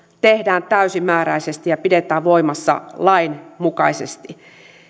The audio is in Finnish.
tehdään täysimääräisesti ja pidetään voimassa lain mukaisesti